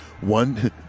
One